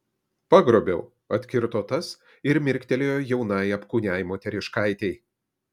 pagrobiau atkirto tas ir mirktelėjo jaunai apkūniai moteriškaitei